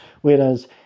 Whereas